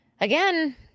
again